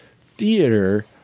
theater